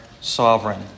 sovereign